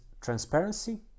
transparency